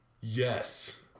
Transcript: Yes